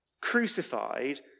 crucified